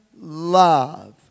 love